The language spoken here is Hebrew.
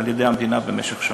על-ידי המדינה במשך שנה.